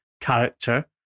character